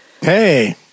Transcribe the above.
Hey